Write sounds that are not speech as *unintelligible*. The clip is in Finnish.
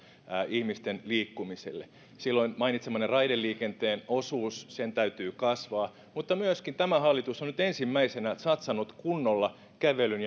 ihmisten liikkumiselle silloin mainitsemanne raideliikenteen osuuden täytyy kasvaa mutta tämä hallitus on myöskin nyt ensimmäisenä satsannut kunnolla kävelyn *unintelligible*